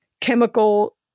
chemical